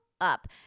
up